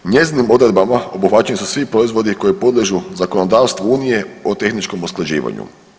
Njezinim odredbama obuhvaćeni su svi proizvodi koji podliježu zakonodavstvu unije o tehničkom usklađivanju.